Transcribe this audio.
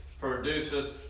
produces